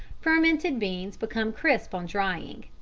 fermented beans become crisp on drying.